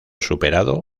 superado